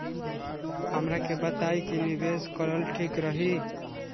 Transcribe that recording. हमरा के बताई की निवेश करल ठीक रही?